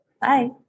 Bye